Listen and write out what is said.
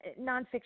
nonfiction